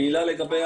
מילה לגבי